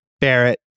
Barrett